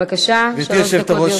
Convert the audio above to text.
בבקשה, שלוש דקות לרשותך.